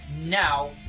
now